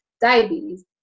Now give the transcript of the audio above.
diabetes